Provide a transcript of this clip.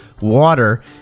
water